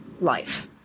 life